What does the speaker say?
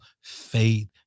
faith